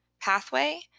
pathway